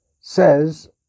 says